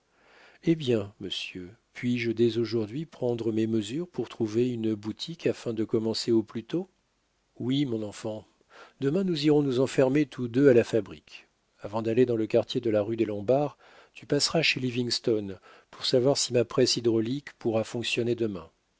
eh bien monsieur puis-je dès aujourd'hui prendre mes mesures pour trouver une boutique afin de commencer au plus tôt oui mon enfant demain nous irons nous enfermer tous deux à la fabrique avant d'aller dans le quartier de la rue des lombards tu passeras chez livingston pour savoir si ma presse hydraulique pourra fonctionner demain